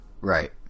Right